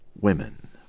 women